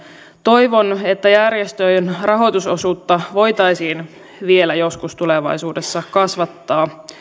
toivon että järjestöjen rahoitusosuutta voitaisiin vielä joskus tulevaisuudessa kasvattaa